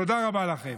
תודה רבה לכם.